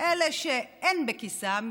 אלה שאין בכיסם,